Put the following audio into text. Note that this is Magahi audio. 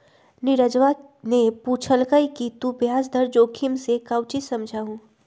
नीरजवा ने पूछल कई कि तू ब्याज दर जोखिम से काउची समझा हुँ?